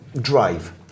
drive